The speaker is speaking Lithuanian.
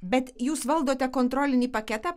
bet jūs valdote kontrolinį paketą